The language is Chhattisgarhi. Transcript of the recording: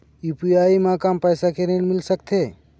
यू.पी.आई म कम पैसा के ऋण मिल सकथे?